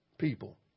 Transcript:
People